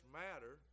matter